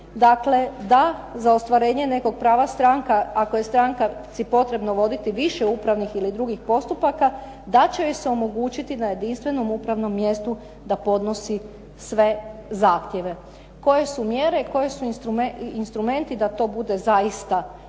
dakle da za ostvarenje nekog prava stranka, ako je stranka si potrebno voditi više upravnih ili drugih postupaka da će joj se omogućiti na jedinstvenom upravnom mjestu da podnosi sve zahtjeve. Koje su mjere, i instrumenti da to bude zaista tako